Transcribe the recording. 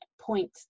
point